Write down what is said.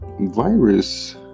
virus